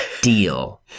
deal